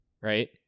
right